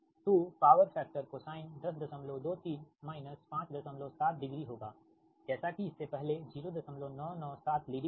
तो power factor cosine 1023 572 degree होगा जैसा कि इससे पहले 0997 लीडिंग था